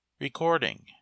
Recording